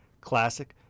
classic